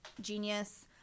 genius